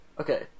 Okay